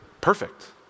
perfect